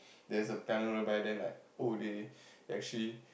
there's a panel by then like oh they they actually